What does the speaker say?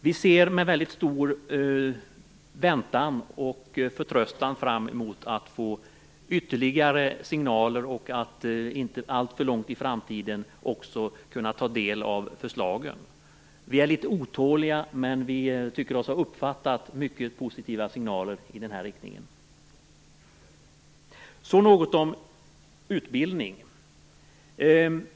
Vi ser med stor förväntan och förtröstan fram emot att få ytterligare signaler och att vi inom en inte alltför avlägsen framtid skall kunna ta del av förslagen. Vi är litet otåliga, men vi tycker oss ha uppfattat mycket positiva signaler i den här riktningen. Så något om utbildning.